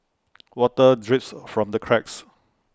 water drips from the cracks